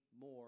more